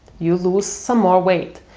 you lose some more weight,